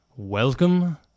Welcome